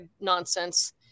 nonsense